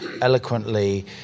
eloquently